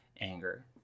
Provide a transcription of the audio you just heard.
anger